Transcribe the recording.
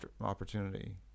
opportunity